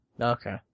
Okay